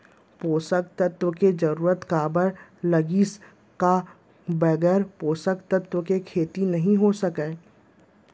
पोसक तत्व के जरूरत काबर लगिस, का बगैर पोसक तत्व के खेती नही हो सके?